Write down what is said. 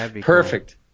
Perfect